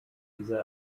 dieser